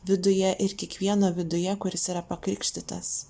viduje ir kiekvieno viduje kuris yra pakrikštytas